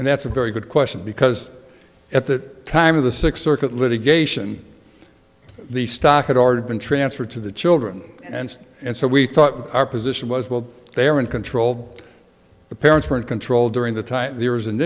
and that's a very good question because at that time of the six circuit litigation the stock had already been transferred to the children and and so we thought our position was well they are in control the parents were in control during the time there was an